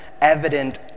evident